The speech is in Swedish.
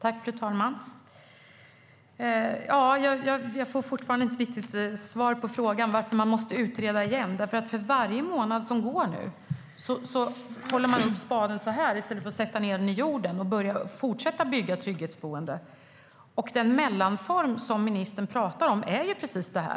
Fru talman! Jag får fortfarande inte riktigt svar på frågan varför man måste utreda igen. För varje månad som går nu håller man upp spaden i luften i stället för att sätta ned den i jorden och fortsätta att bygga trygghetsboenden. Den mellanform som ministern talar om är precis detta.